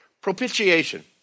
Propitiation